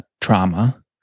trauma